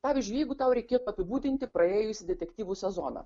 pavyzdžiui jeigu tau reikėtų apibūdinti praėjusį detektyvų sezoną